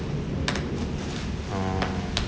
oh